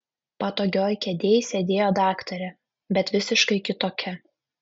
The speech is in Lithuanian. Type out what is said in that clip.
patogioj kėdėj sėdėjo daktarė bet visiškai kitokia